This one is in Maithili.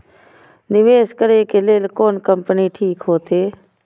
निवेश करे के लेल कोन कंपनी ठीक होते?